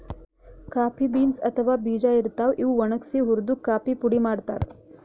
coffee beans ಅಥವಾ ಬೀಜಾ ಇರ್ತಾವ್, ಇವ್ ಒಣಗ್ಸಿ ಹುರ್ದು ಕಾಫಿ ಪುಡಿ ಮಾಡ್ತಾರ್